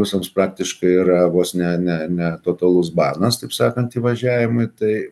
rusams praktiškai yra vos ne ne ne totalus banas taip sakant įvažiavimai tai